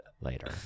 later